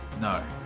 No